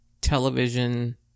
television